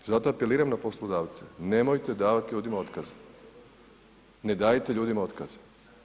Zato apeliram na poslodavce, nemojte davati ljudima otkaze, ne dajte ljudima otkaze.